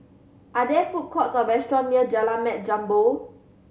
are there food courts or restaurants near Jalan Mat Jambol